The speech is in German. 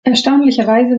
erstaunlicherweise